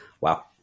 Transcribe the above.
wow